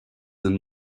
and